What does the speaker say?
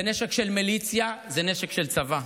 זה נשק של מיליציה, זה נשק של צבא.